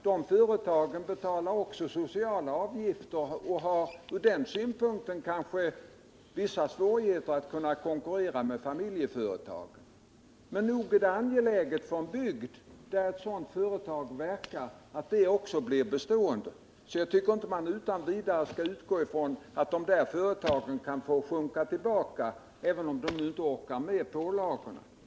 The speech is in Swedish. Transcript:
De företagen betalar också sociala avgifter och har ur den synpunkten kanske vissa svårigheter att konkurrera med familjeföretagen. Men nog är det angeläget för en bygd där ett sådant här företag verkar att det blir bestående. Jag tycker alltså inte att man utan vidare skall utgå från att de företagen kan få sjunka tillbaka, även om de inte orkar med pålagorna.